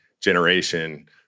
generation